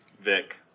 Vic